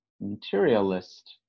materialist